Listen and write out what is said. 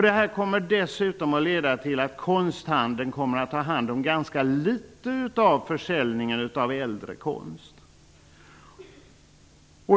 Det kommer dessutom att leda till att konsthandeln kommer att ta hand om en liten del av försäljningen av äldre konst.